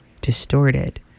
distorted